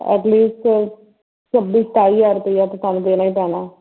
eight least ਛੱਬੀ ਸਤਾਈ ਹਜ਼ਾਰ ਰੁਪਈਆ ਤਾਂ ਤੁਹਾਨੂੰ ਦੇਣਾ ਹੀ ਪੈਣਾ